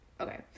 okay